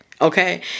okay